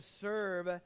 serve